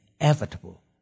inevitable